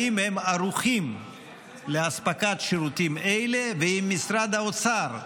אם הם ערוכים לאספקת שירותים אלה, ועם משרד האוצר,